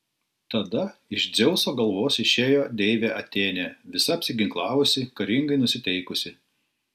tada iš dzeuso galvos išėjo deivė atėnė visa apsiginklavusi karingai nusiteikusi